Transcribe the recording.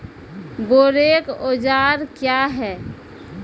बोरेक औजार क्या हैं?